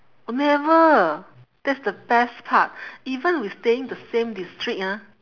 never that's the best part even we staying the same district ah